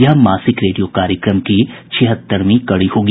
यह मासिक रेडियो कार्यक्रम की छिहत्तरवीं कड़ी होगी